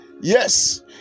Yes